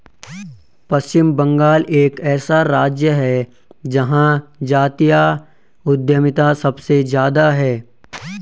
पश्चिम बंगाल एक ऐसा राज्य है जहां जातीय उद्यमिता सबसे ज्यादा हैं